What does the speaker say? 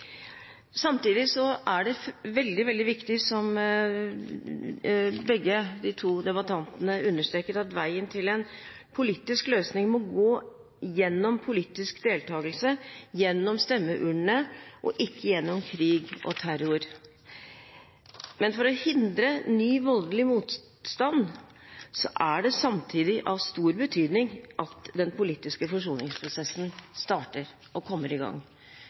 Samtidig er det veldig viktig, som to tidligere debattanter understreket, at veien til en politisk løsning må gå gjennom politisk deltakelse, gjennom stemmeurnene og ikke gjennom krig og terror. For å hindre ny, voldelig motstand er det samtidig av stor betydning at den politiske forsoningsprosessen kommer i gang.